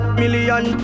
million